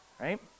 right